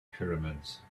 pyramids